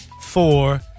four